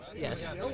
Yes